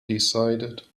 decided